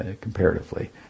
comparatively